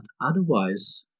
otherwise